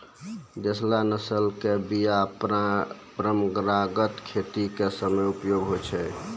देशला नस्ल के बीया परंपरागत खेती के समय मे उपयोग होय छै